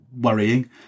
worrying